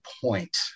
point